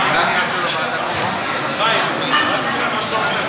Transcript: ההצעה להסיר מסדר-היום את הצעת חוק השוואת